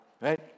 Right